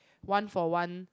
one for one